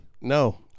No